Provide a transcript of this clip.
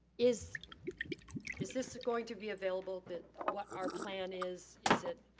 is is this going to be available? what our plan is? is it